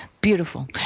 Beautiful